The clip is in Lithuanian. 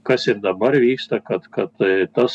kas ir dabar vyksta kad kad tas